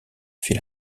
fit